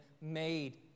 made